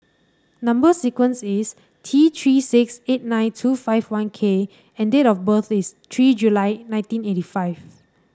number sequence is T Three six eight nine two five one K and date of birth is three July nineteen eighty five